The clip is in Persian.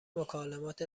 مکالمات